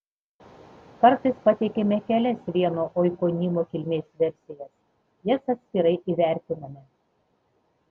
kartais pateikiame kelias vieno oikonimo kilmės versijas jas atskirai įvertiname